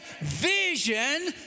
vision